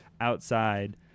outside